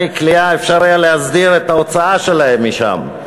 כליאה אפשר היה להסדיר את ההוצאה שלהם משם,